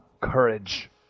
courage